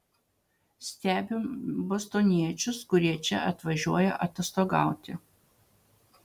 stebim bostoniečius kurie čia atvažiuoja atostogauti